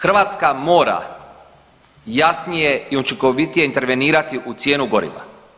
Hrvatska mora jasnije i učinkovitije intervenirati u cijenu goriva.